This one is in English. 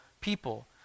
people